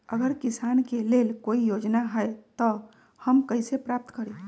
अगर किसान के लेल कोई योजना है त हम कईसे प्राप्त करी?